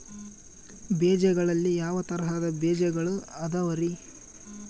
ಬೇಜಗಳಲ್ಲಿ ಯಾವ ತರಹದ ಬೇಜಗಳು ಅದವರಿ?